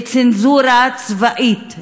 לצנזורה צבאית.